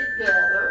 together